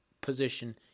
position